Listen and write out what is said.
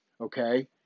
okay